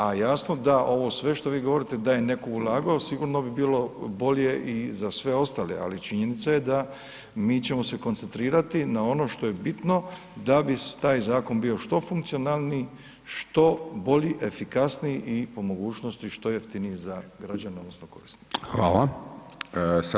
A jasno da ovo sve što vi govorite da je netko ulagao sigurno bi bilo bolje i za sve ostale, ali činjenica je da mi ćemo se koncentrirati na ono što je bitno da bi taj zakon bio što funkcionalniji, što bolji, efikasniji i po mogućnosti što jeftiniji za građane odnosno korisnike.